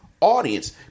audience